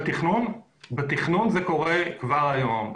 בתכנון זה קורה כבר היום.